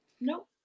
Nope